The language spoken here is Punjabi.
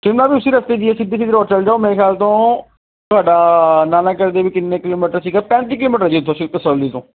ਸ਼ਿਮਲਾ ਵੀ ਉਸੀ ਰਸਤੇ 'ਚ ਹੀ ਹੈ ਸਿੱਧੇ ਚਲੇ ਜੋ ਮੇਰੇ ਖਿਆਲ ਤੋਂ ਤੁਹਾਡਾ ਨਾ ਨਾ ਕਰਦੇ ਵੀ ਕਿੰਨੇ ਕਿਲੋਮੀਟਰ ਸੀਗਾ ਪੈਂਤੀ ਕਿਲੋਮੀਟਰ ਹੈ ਜੀ ਇੱਥੋਂ ਸਿਰਫ ਕਸੋਲੀ ਤੋਂ